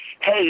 hey